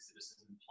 citizens